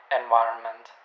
environment